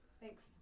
Thanks